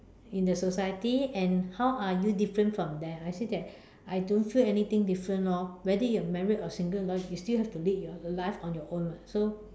in the society and how are you different from them I say that I don't feel anything different lor whether you are married or single you still have to lead your life on your own [what] so